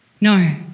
No